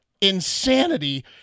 insanity